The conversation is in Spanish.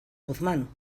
guzmán